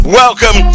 welcome